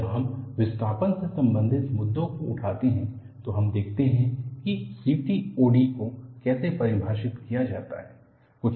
जब हम विस्थापन से संबंधित मुद्दों को उठाते हैं तो हम देखेंगे कि CTOD को कैसे परिभाषित किया जाता है